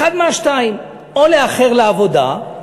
אחד מהשניים: או לאחר לעבודה,